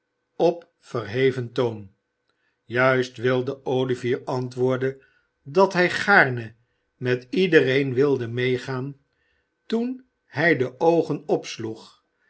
op verheven toon juist wilde olivier antwoorden dat hij gaarne met iedereen wilde meegaan toen hij de oogen opsloeg